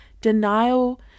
Denial